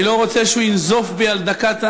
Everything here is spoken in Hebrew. אני לא רוצה שהוא ינזוף בי על דקת,